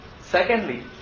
Secondly